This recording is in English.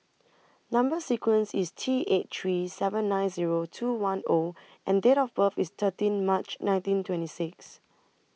Number sequence IS T eight three seven nine Zero two one O and Date of birth IS thirteen March nineteen twenty six